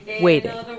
waiting